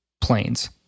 planes